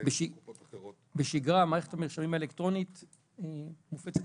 בשגרה מערכת המרשמים האלקטרונית מופצת,